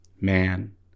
man